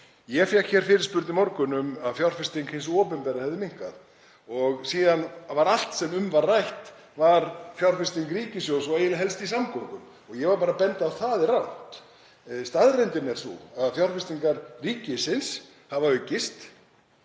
Ég fékk fyrirspurn í morgun um að fjárfesting hins opinbera hefði minnkað og síðan var allt sem um var rætt fjárfesting ríkissjóðs og eiginlega helst í samgöngum og ég var bara að benda á að það væri rangt. Staðreyndin er sú að fjárfestingar ríkisins hafa aukist